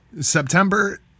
September